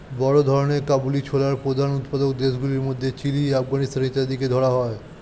বড় ধরনের কাবুলি ছোলার প্রধান উৎপাদক দেশগুলির মধ্যে চিলি, আফগানিস্তান ইত্যাদিকে ধরা হয়